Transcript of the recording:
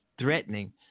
threatening